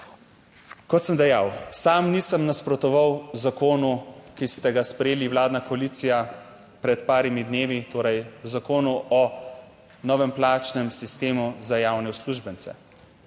Kot sem dejal, sam nisem nasprotoval zakonu, ki ste ga sprejeli, vladna koalicija pred parimi dnevi, torej Zakonu o novem plačnem sistemu za javne uslužbence.